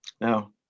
Now